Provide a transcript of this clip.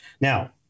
Now